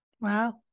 Wow